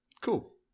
Cool